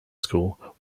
school